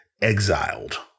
exiled